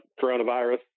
coronavirus